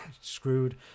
screwed